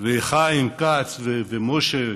וחיים כץ ומשה,